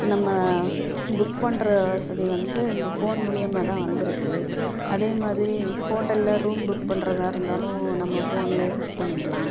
நம்ம புக் பண்ணுற வசதி வந்து இந்த ஃபோன் மூலயமா தான் வந்திருக்கு அதேமாதிரி ஹோட்டலில் ரூம் புக் பண்ணுறதாருந்தாலும் நம்ம ஃபோன்லேயே புக் பண்ணிக்கலாம்